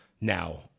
Now